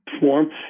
form